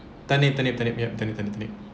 turnip turnip turnip yup turnip turnip turnip